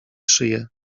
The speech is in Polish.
szyję